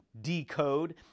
decode